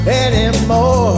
anymore